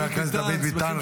חבר הכנסת דוד ביטן,